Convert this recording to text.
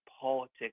politics